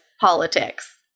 politics